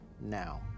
now